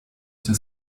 the